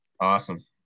Awesome